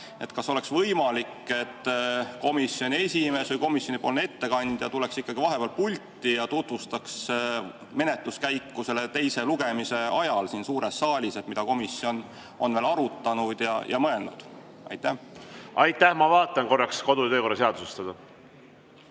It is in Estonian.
Kas oleks võimalik, et komisjoni esimees või komisjoni ettekandja tuleks ikkagi vahepeal pulti ja tutvustaks menetluskäiku teise lugemise ajal siin suures saalis, et mida komisjon on veel arutanud ja mõelnud? Aitäh! Ma vaatan korraks kodu‑ ja töökorra seadusest seda.